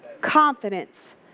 Confidence